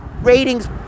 ratings